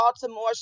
Baltimore